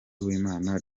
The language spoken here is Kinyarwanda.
uwimana